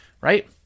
right